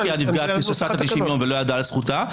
-- או מכיוון שהנפגעת היססה 50 יום ולא ידעה על זכותה,